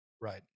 Right